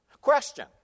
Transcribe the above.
Question